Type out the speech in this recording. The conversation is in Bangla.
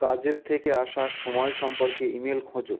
কাজের থেকে আসা সময় সম্পর্কে ইমেল খোঁজো